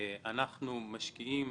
אנחנו משקיעים